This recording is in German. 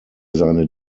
seine